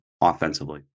offensively